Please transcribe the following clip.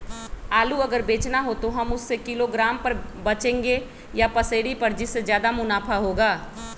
आलू अगर बेचना हो तो हम उससे किलोग्राम पर बचेंगे या पसेरी पर जिससे ज्यादा मुनाफा होगा?